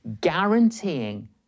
guaranteeing